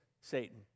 Satan